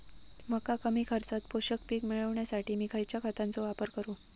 मका कमी खर्चात पोषक पीक मिळण्यासाठी मी खैयच्या खतांचो वापर करू?